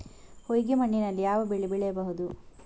ಹೊಯ್ಗೆ ಮಣ್ಣಿನಲ್ಲಿ ಯಾವ ಬೆಳೆ ಬೆಳೆಯಬಹುದು?